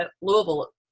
Louisville